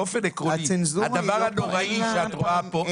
באופן עקרוני הדבר הנוראי שאת רואה פה,